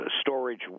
Storage